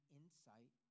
insight